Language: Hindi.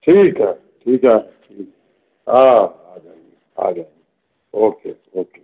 ठीक है ठीक है ठीक हाँ आ जाएँगे आ जाएँगे ओके ओके